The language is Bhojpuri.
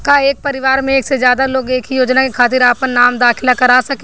का एक परिवार में एक से ज्यादा लोग एक ही योजना के खातिर आपन नाम दाखिल करा सकेला?